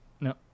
No